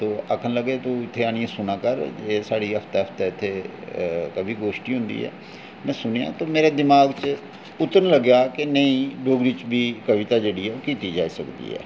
ते आखन लगे तूं इत्थै आह्नियै सुना कर एह् साढ़ी हफ्ते हफ्ते इत्थै कवि गोष्ठी होंदी ऐ में सुनेआ ते मेरे दमाग च उतरन लग्गेआ कि नेईं डोगरी च बी कविता जेह्ड़ी ऐ ओह् कीती जाई सकदी ऐ